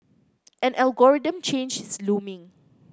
an algorithm change is looming